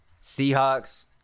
Seahawks